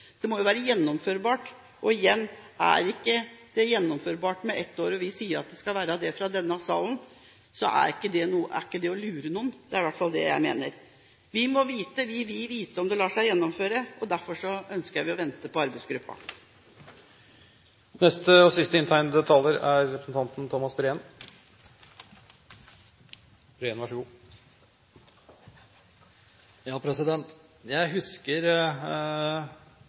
Det må jo være gjennomførbart. Og igjen: Er det ikke gjennomførbart med ett år, og vi sier at det skal være det fra denne salen, er ikke det å lure noen? Det er i hvert fall det jeg mener. Vi vil vite om det lar seg gjennomføre. Derfor ønsker vi å vente på arbeidsgruppen. Jeg husker